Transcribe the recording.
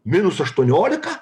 minus aštuoniolika